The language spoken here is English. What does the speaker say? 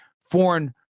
foreign